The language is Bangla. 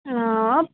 ও